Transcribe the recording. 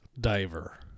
diver